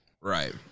right